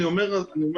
אני אומר שוב,